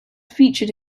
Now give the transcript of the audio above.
featured